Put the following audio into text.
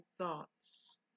thoughts